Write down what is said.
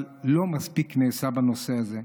אבל לא מספיק נעשה בנושא הזה.